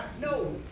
No